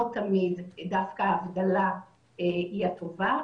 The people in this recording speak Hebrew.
לא תמיד דווקא ההפרדה היא הטובה,